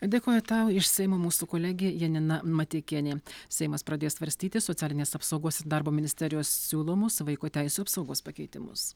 dėkoju tau iš seimo mūsų kolegė janina mateikienė seimas pradės svarstyti socialinės apsaugos ir darbo ministerijos siūlomus vaiko teisių apsaugos pakeitimus